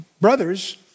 brothers